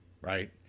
right